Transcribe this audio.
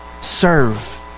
Serve